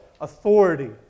authority